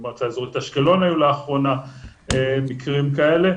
במועצה אזורית אשקלון היו לאחרונה מקרים כאלה,